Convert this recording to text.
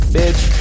Bitch